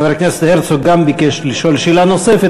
גם חבר הכנסת הרצוג ביקש לשאול שאלה נוספת,